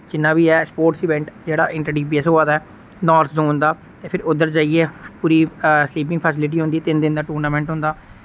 जिन्ना बी ऐ sports event जेह्ड़ा इंटर डीपीएस होआ दा ऐ नार्थ जोन दा ते फिर उद्धर जाइयै पूरी स्लीपिंग फैसिलिटी होंदी तिन दिन दा टूर्नामैंट होंदा